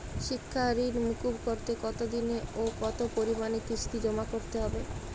শিক্ষার ঋণ মুকুব করতে কতোদিনে ও কতো পরিমাণে কিস্তি জমা করতে হবে?